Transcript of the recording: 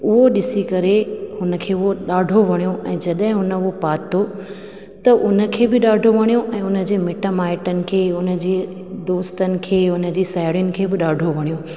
उहो ॾिसी करे उन खे उहो ॾाढो वणियो ऐं जॾहिं उन उहो पातो त उन खे बि ॾाढो वणियो ऐं उन जे मिट माइटनि खे उन जे दोस्तनि खे उन जी साहिड़ियुनि खे बि ॾाढो वणियो